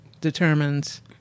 determines